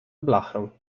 blachę